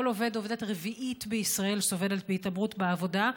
כל עובד או עובדת רביעית בישראל סובלת מהתעמרות בעבודה.